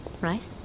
right